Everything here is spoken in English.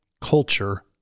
culture